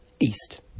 East